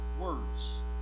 words